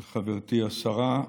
חברתי השרה,